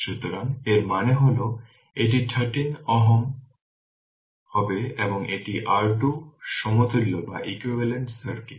সুতরাং এর মানে হল এটি 13 Ω হবে এবং এটি r2 সমতুল্য সার্কিট